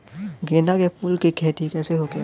गेंदा के फूल की खेती कैसे होखेला?